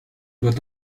doit